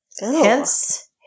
Hence